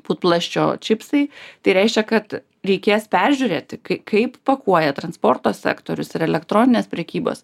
putplasčio čipsai tai reiškia kad reikės peržiūrėti kai kaip pakuoja transporto sektorius ir elektroninės prekybos